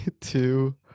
two